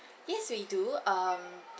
yes we do um